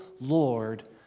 Lord